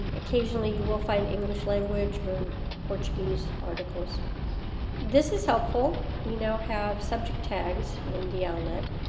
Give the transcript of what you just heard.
occasionally you will find english language or portuguese articles this is helpful. we now have subject tags in dialnet.